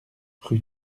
rue